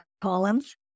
columns